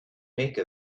make